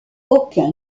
aucun